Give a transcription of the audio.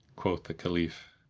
quoth the caliph,